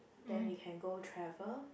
then we can go travel